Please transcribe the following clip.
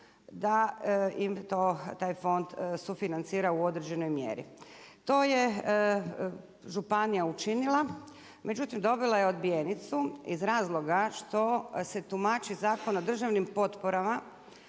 da im to taj fond sufinancira u određenoj mjeri. To je županija učinila međutim dobila je odbijenicu iz razloga što se tumači Zakon o državnim potporama